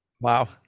wow